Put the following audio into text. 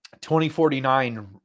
2049